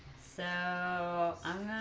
so